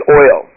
oil